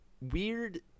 weird